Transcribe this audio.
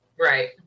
Right